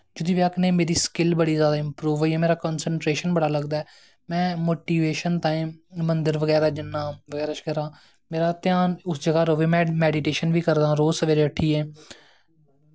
एह्दी बजह कन्नै मेरी स्किल बड़ी इंप्रूब होई मेरा कंस्ट्रेशन बड़ा लगदा में मोटिबेशन ताहीं मन्दर बगैरा जन्ना बगैरा बगैरा मेरा ध्यान उस जगह र'वैं में मैडिटेशन बी करदा हा रोज सवेरै उट्ठियै